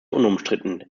unumstritten